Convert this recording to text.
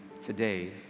Today